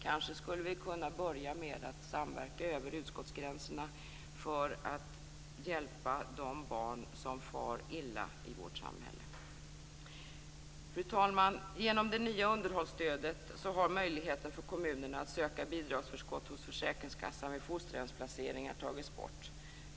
Kanske skulle vi kunna börja med att samverka över utskottsgränserna för att hjälpa de barn som far illa i vårt samhälle. Fru talman! Genom det nya underhållsstödet har möjligheten för kommunerna att söka bidragsförskott hos försäkringskassan vid fosterhemsplaceringar tagits bort.